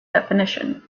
definition